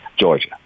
Georgia